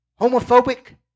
homophobic